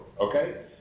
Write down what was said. Okay